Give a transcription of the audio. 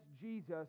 Jesus